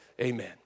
Amen